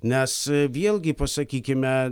nes vėlgi pasakykime